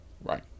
Right